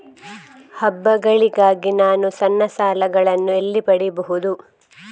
ಹಬ್ಬಗಳಿಗಾಗಿ ನಾನು ಸಣ್ಣ ಸಾಲಗಳನ್ನು ಎಲ್ಲಿ ಪಡಿಬಹುದು?